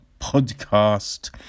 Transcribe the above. podcast